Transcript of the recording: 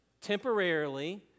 temporarily